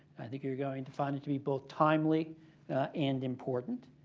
i think you're going to find it to be both timely and important.